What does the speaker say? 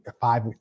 five